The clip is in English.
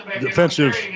defensive